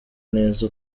neza